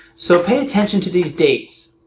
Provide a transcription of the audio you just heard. so pay attention to these dates.